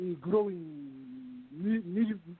growing